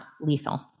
lethal